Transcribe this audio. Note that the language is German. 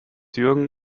jürgen